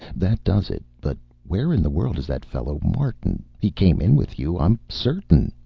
that does it. but where in the world is that fellow martin? he came in with you, i'm certain.